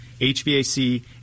HVAC